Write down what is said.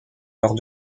lors